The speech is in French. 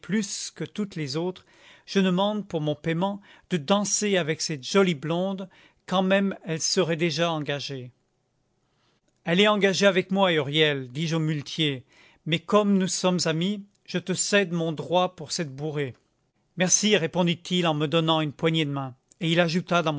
que toutes les autres je demande pour mon payement de danser avec cette jolie blonde quand même elle serait déjà engagée elle est engagée avec moi huriel dis-je au muletier mais comme nous sommes amis je te cède mon droit pour cette bourrée merci répondit-il en me donnant une poignée de main et il ajouta